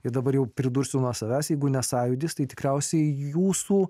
ir dabar jau pridursiu nuo savęs jeigu ne sąjūdis tai tikriausiai jūsų